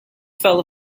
fell